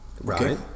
Right